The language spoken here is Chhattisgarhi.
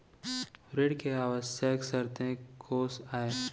ऋण के आवश्यक शर्तें कोस आय?